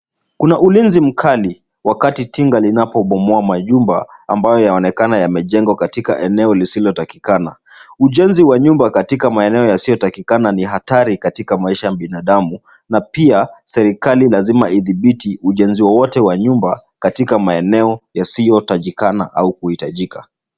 Kuna ulinzi mkali wakati tinga linapobomoa majumba ambayo yaonekana yamejengwa katika eneo lisilotakikana. Ujenzi wa nyumba katika maeneo yasiyotakikana ni hatari katika maisha ya binadamu na pia serekali lazima idhibiti ujenzi wowote wa nyumba katika maeneo yasiyotakikana au kuhitajika.